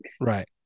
Right